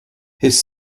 his